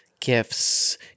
Gifts